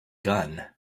gun